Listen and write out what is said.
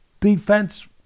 Defense